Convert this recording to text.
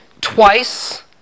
twice